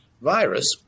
virus